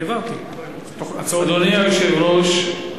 אדוני היושב-ראש,